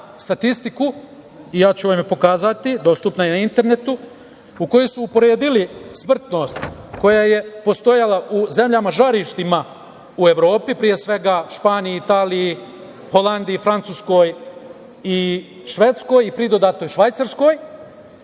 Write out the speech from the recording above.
statistiku i ja ću vam je pokazati, dostupna je na internetu, u kojoj su uporedili smrtnost koja je postojala u zemljama žarištima u Evropi, pre svega Španiji, Italiji, Holandiji, Francuskoj i Švedskoj, i pridodatoj Švajcarskoj,